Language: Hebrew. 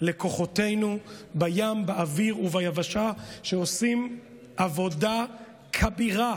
לכוחותינו בים, באוויר וביבשה, שעושים עבודה כבירה